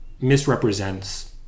misrepresents